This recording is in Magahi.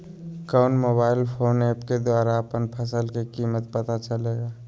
कौन मोबाइल फोन ऐप के द्वारा अपन फसल के कीमत पता चलेगा?